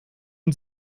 und